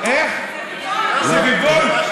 סביבון?